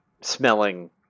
smelling